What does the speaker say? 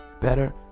better